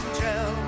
tell